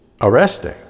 arresting